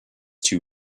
too